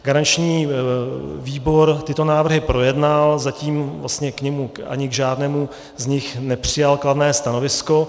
Garanční výbor tyto návrhy projednal, zatím k žádnému z nich nepřijal kladné stanovisko.